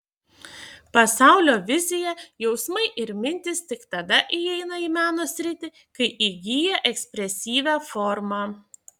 pasaulio vizija jausmai ir mintys tik tada įeina į meno sritį kai įgyja ekspresyvią formą